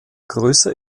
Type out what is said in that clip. größer